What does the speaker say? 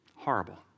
horrible